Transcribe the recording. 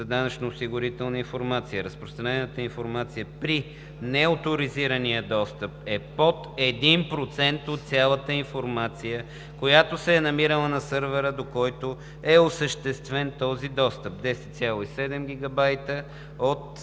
за данъчно-осигурителна информация; разпространената информация при неоторизирания достъп е под 1% от цялата информация, която се е намирала на сървъра, до който е осъществен този достъп – 10,7 GB от